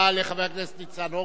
תודה רבה לחבר הכנסת ניצן הורוביץ.